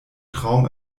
traum